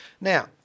Now